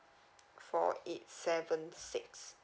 four eight seven six